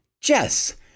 Jess